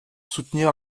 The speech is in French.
soutenir